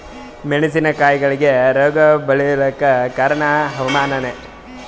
ಮೆಣಸಿನ ಕಾಯಿಗಳಿಗಿ ರೋಗ ಬಿಳಲಾಕ ಕಾರಣ ಹವಾಮಾನನೇ?